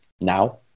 Now